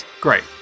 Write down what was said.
Great